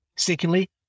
Secondly